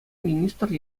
министр